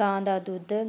ਗਾਂ ਦਾ ਦੁੱਧ